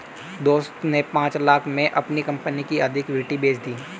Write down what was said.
दोस्त ने पांच लाख़ में अपनी कंपनी की आधी इक्विटी बेंच दी